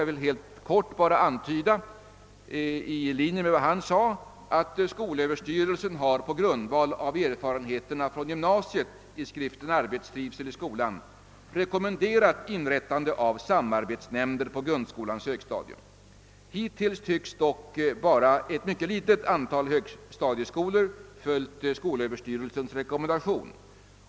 Jag vill helt kort bara antyda i linje med vad han sade, att skolöverstyrelsen på grundval av erfarenheterna från gymnasiet har i skriften »Arbetstrivsel i skolan» rekommenderat inrättande av samarbetsnämnder på grundskolans högstadium. Hittills tycks dock bara ett mycket litet antal högstadieskolor ha följt skolöverstyrelsens rekommendation.